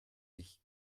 sich